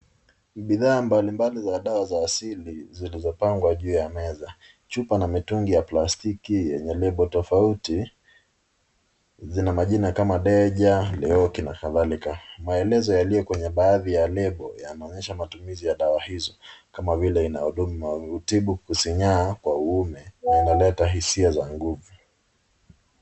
Ni bidhaa mbali mbali za dawa za asili zilizopangwa juu ya meza. Chupa na mitungi ya plastiki yenye lebo tofauti zina majina kama Deja, Leoki na kadhalika. Maelezo yaliyo kwenye baadhi ya lebo yanaonyesha matumizi ya dawa hizo kama vile inahuduma hutibu kusinyaa kwa uume na inaleta hisia za nguvu.